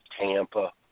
Tampa